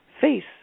face